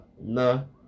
no